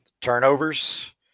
Turnovers